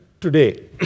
today